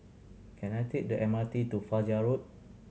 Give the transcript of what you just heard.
can I take the M R T to Fajar Road